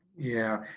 yeah,